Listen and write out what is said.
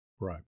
Right